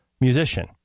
musician